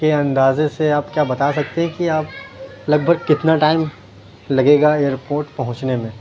کے اندازے سے آپ کیا بتا سکتے ہیں کہ آپ لگ بھگ کتنا ٹائم لگے گا ائیر پورٹ پہنچنے میں